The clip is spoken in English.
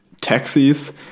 taxis